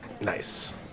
nice